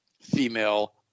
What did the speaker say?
female